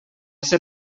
ser